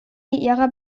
ihrer